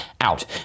out